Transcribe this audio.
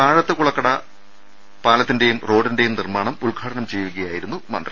താഴത്ത് കുളക്കടയിൽ പാലത്തിന്റെയും റോഡിന്റെയും നിർമാണം ഉദ്ഘാടനം ചെയ്യുകയായിരു ന്നു മന്ത്രി